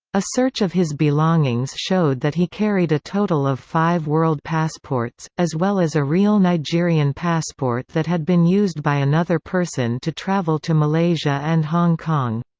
a search of his belongings showed that he carried a total of five world passports, as well as a real nigerian passport that had been used by another person to travel to malaysia and hong kong.